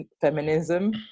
feminism